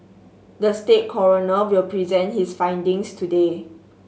the state coroner will present his findings today